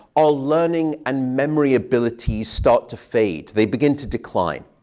our learning and memory abilities start to fade. they begin to decline.